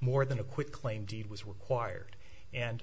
more than a quit claim deed was required and